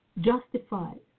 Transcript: justified